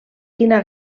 quina